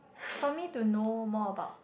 for me to know more about